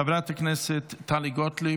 חברת הכנסת טלי גוטליב,